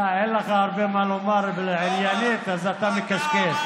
אין לך מה לומר עניינית, אז אתה מקשקש.